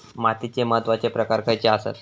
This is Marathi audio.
मातीचे महत्वाचे प्रकार खयचे आसत?